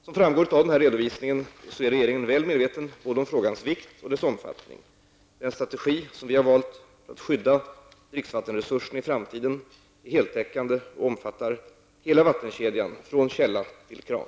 Som framgår av denna redovisning är regeringen väl medveten om både frågans vikt och dess omfattning. Den strategi som vi valt för att skydda dricksvattenresursen i framtiden är heltäckande och omfattar hela vattenkedjan, från källa till kran.